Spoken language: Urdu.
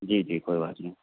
جی جی کوئی بات نہیں